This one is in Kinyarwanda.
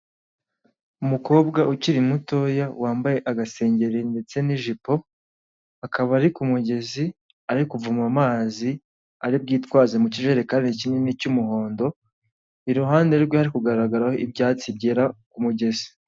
Umukobwa ukiri mutoya, wambaye agasengeri ndetse n'ijipo, akaba ari ku mugezi ari kuvoma amazi, ari bwitwaze mu kijerekani kinini cy'umuhondo, iruhande rwe hari kugaragaraho ibyatsi byera ku mugezi.